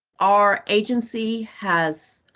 our agency has,